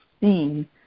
seen